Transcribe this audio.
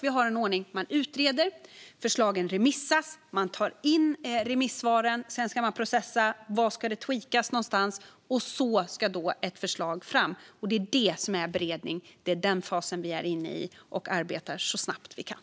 Vi har en ordning där man utreder och där förslagen remitteras. Sedan tar man in remissvaren och processar dem för att se hur förslaget ska tweakas - och först efter det ska det läggas fram. Det är det som är beredning, och det är den fasen vi befinner oss i. Vi arbetar så snabbt vi kan.